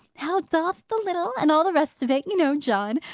how doth the little' and all the rest of it, you know, john.